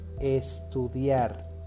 Estudiar